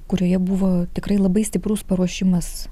kurioje buvo tikrai labai stiprus paruošimas